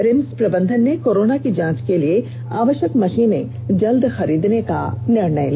RIMS प्रबंधन ने corona की जांच के लिए आवष्यक मषीनें षीघ्र खरीदने का निर्णय लिया है